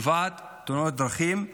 תופעת תאונות הדרכים?